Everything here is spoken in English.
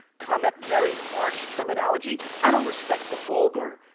come at very harsh terminology, i don't respect the vulgar,